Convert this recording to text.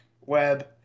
web